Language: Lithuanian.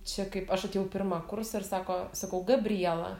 čia kaip aš atėjau į pirmą kursą ir sako sakau gabriela